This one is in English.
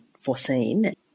foreseen